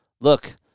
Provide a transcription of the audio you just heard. Look